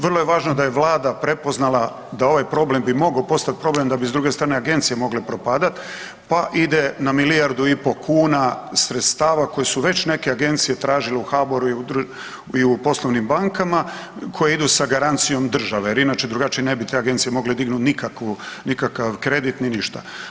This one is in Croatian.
Vrlo je važno da je Vlada prepoznala da ovaj problem bi mogao postati problem da bi s druge strane agencije mogle propadati, pa ide na milijardu i pol kuna sredstava koji su već neke agencije tražile u HBOR-u i u poslovnim bankama koje idu sa garancijom države jer inače drugačije ne bi te agencije mogle dignuti nikakvu, nikakav kredit ni ništa.